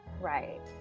Right